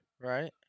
right